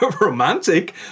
romantic